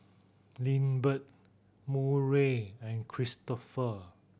Lindbergh Murray and Kristopher